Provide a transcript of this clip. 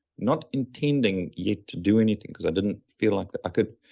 not intending yet to do anything because i didn't feel like i could.